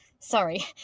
Sorry